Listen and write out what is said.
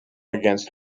against